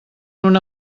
una